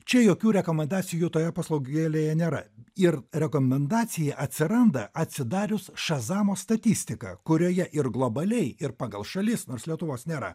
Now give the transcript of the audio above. čia jokių rekomendacijų toje paslogėlėje nėra ir rekomendacija atsiranda atsidarius šazamo statistiką kurioje ir globaliai ir pagal šalis nors lietuvos nėra